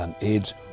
AIDS